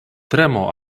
tremo